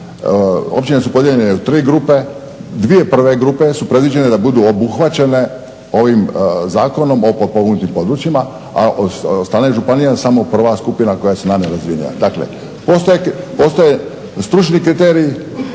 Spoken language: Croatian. Općine su podijeljene u tri grupe. Dvije prve grupe su predviđene da budu obuhvaćene ovim Zakonom o potpomognutim područjima, a od strane županija samo prva skupina koja su najmanje razvijena. Dakle, postoje stručni kriteriji.